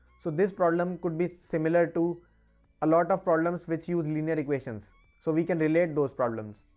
so this problem could be similar to a lot of problems which use linear equations so we can relate those problems.